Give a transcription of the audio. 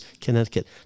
Connecticut